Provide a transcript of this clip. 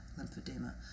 lymphedema